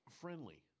Friendly